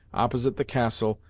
opposite the castle,